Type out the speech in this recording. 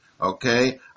okay